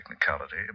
technicality